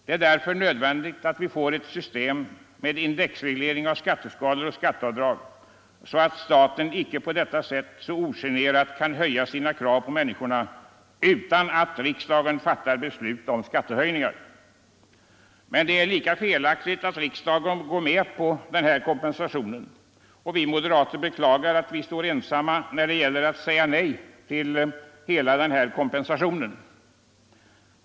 Det är därför nödvändigt att vi får ett system med indexreglering av skatteskalor och skatteavdrag, så att staten icke på detta sätt ogenerat kan öka sina krav på människorna utan att riksdagen fattar beslut om skattehöjningar. Men det är lika felaktigt att riksdagen går med på kompensationen. Vi moderater beklagar att vi står ensamma när det gäller att säga nej till hela denna kompensation.